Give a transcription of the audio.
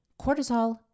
Cortisol